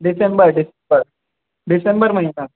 डिसंबर December December महीना